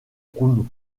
round